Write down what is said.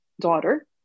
daughter